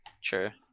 Sure